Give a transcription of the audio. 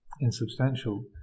insubstantial